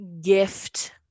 gift